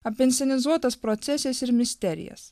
apie inscenizuotas procesijas ir misterijas